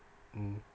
mm